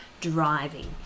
driving